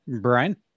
Brian